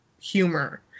humor